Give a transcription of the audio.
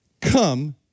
come